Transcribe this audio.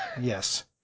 Yes